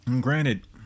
Granted